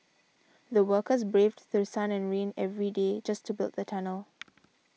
the workers braved through sun and rain every day just to build the tunnel